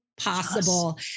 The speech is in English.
Possible